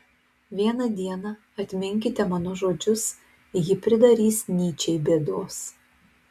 vieną dieną atminkite mano žodžius ji pridarys nyčei bėdos